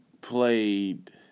played